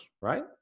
right